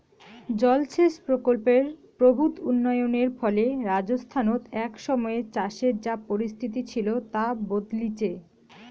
জলসেচ প্রকল্পের প্রভূত উন্নয়নের ফলে রাজস্থানত এক সময়ে চাষের যা পরিস্থিতি ছিল তা বদলিচে